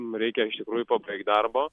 reikia iš tikrųjų pabaigt darbo